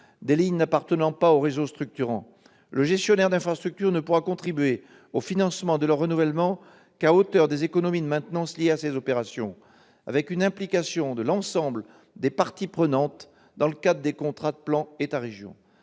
des lignes n'appartenant pas au réseau structurant. Le gestionnaire d'infrastructures ne pourra contribuer au financement de leur renouvellement qu'à hauteur des économies de maintenance liées à ces opérations, avec une implication de l'ensemble des parties prenantes dans le cadre des contrats de plan État-région.